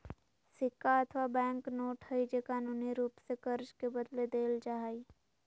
सिक्का अथवा bank note हइ जे कानूनी रूप से कर्ज के बदले देल जा हइ